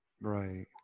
Right